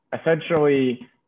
essentially